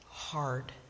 hard